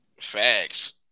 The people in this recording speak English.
Facts